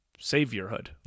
saviorhood